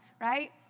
right